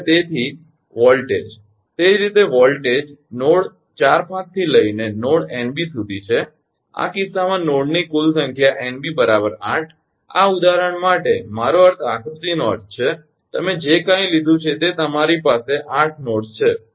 હવે તેથી વોલ્ટેજ તે જ રીતે વોલ્ટેજ નોડ 4 5 થી લઇને નોડ 𝑁𝐵 સુધી છે આ કિસ્સામાં નોડ ની કુલ સંખ્યા 𝑁𝐵 8 આ ઉદાહરણ માટે મારો અર્થ આકૃતિનો અર્થ છે તમે જે કાંઈ લીધું છે તે અમારી પાસે 8 નોડ્સ છે